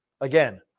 Again